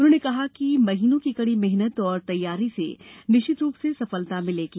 उन्होंने कहा कि महीनों की कड़ी मेहनत और तैयारी से निश्चित रूप से सफलता मिलेगी